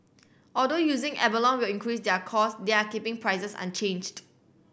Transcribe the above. although using abalone will increase their cost they are keeping prices unchanged